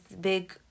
big